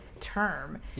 Term